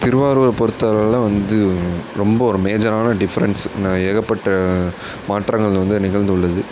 திருவாரூரை பொறுத்தளவில் வந்து ரொம்ப ஒரு மேஜரான டிஃப்ரென்ஸ் நான் ஏகப்பட்ட மாற்றங்கள் வந்து நிகழ்ந்துள்ளது